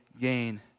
gain